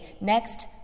Next